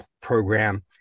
Program